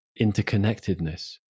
interconnectedness